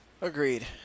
Agreed